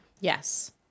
yes